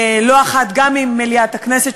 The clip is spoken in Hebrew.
לא אחת גם ממליאת הכנסת,